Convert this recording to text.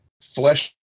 flesh